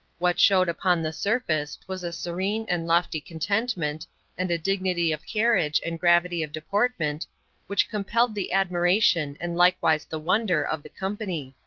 what showed upon the surface was a serene and lofty contentment and a dignity of carriage and gravity of deportment which compelled the admiration and likewise the wonder of the company.